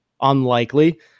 unlikely